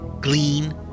Glean